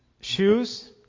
shoes